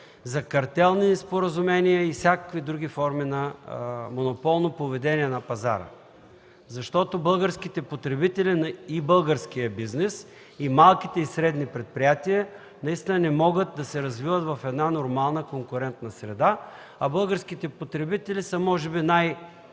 за картелни споразумения и всякакви други форми на монополно поведение на пазара. Българските потребители, българският бизнес, малките и средни предприятия наистина не могат да се развиват в една нормална конкурентна среда, а българските потребители са може би най-онеправданите